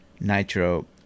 nitro